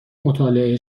مطالعه